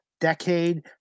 decade